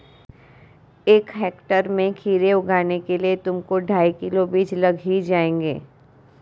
एक हेक्टेयर में खीरे उगाने के लिए तुमको ढाई किलो बीज लग ही जाएंगे